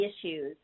issues